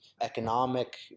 economic